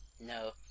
no